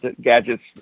gadgets